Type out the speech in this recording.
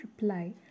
reply